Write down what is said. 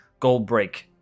Goldbreak